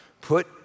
put